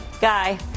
Guy